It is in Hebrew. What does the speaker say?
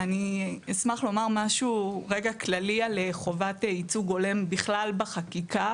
אני אשמח לומר משהו כללי על חובת ייצוג הולם בכלל לחקיקה,